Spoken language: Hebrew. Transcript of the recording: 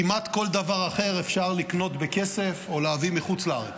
כמעט כל דבר אחר אפשר לקנות בכסף או להביא מחוץ לארץ.